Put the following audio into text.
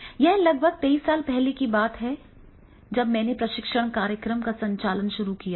यह लगभग तेईस साल पहले की बात है जब मैंने प्रशिक्षण कार्यक्रम का संचालन शुरू किया था